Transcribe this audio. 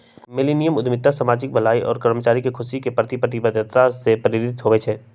millennium उद्यमिता सामाजिक भलाई आऽ कर्मचारी के खुशी के प्रति प्रतिबद्धता से प्रेरित होइ छइ